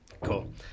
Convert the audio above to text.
Cool